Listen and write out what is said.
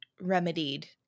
remedied